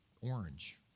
orange